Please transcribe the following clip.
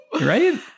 Right